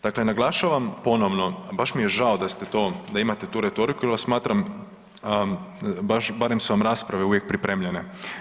Dakle, naglašavam ponovno, baš mi je žao da ste to, da imate tu retoriku jer vas smatram, barem su vam rasprave uvijek pripremljene.